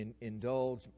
indulge